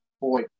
boy